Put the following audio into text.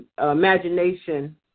imagination